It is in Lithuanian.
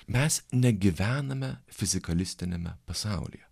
mes negyvename fizikalistiniame pasaulyje